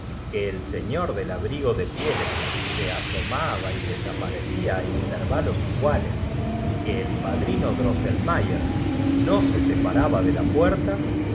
que el seiior del abrigo de pieles se asomaba y desaparee a á intervaf l prim j momento fuó pata los dos n i los iguales y que el paddno drossolmaiios de sotpesa y de alegria pcto después yer no se separaba de la puerta